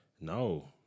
No